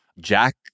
Jack